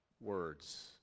words